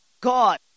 God